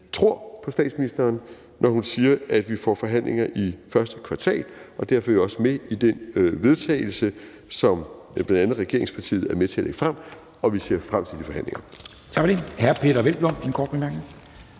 tror på statsministeren, når hun siger, at vi får forhandlinger i første kvartal, og derfor er vi også med i det forslag til vedtagelse, som bl.a. regeringspartiet er med til at fremsætte, og vi ser frem til de forhandlinger. Kl. 14:25 Formanden (Henrik